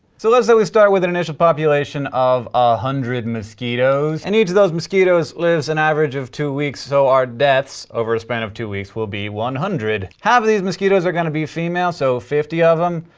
so let's say with start with an initial population of a hundred mosquitoes, and each of those mosquitoes lives and average of two weeks so our deaths, over a span of two weeks, will be one hundred. half of these mosquitoes are going to be female, so fifty of them,